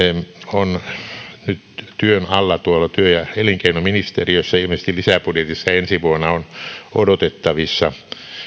on nyt työn alla työ ja elinkeinoministeriössä ilmeisesti lisäbudjetissa ensi vuonna on odotettavissa